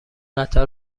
قطار